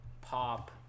pop